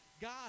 God